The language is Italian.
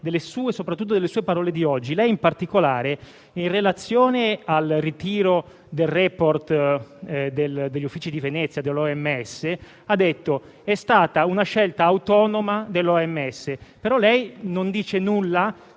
soprattutto delle sue parole di oggi. In particolare, in relazione al ritiro del *report* degli uffici di Venezia dell'OMS ha detto che è stata una scelta autonoma di quell'organizzazione,